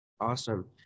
Awesome